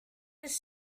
his